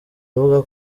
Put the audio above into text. avuga